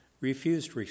refused